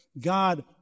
God